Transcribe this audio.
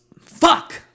Fuck